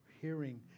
hearing